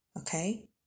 Okay